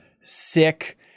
sick